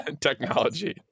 technology